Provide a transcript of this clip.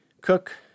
cook